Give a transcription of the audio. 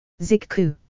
Zikku